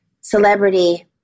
celebrity